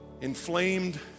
inflamed